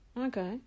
Okay